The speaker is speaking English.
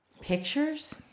Pictures